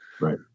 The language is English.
right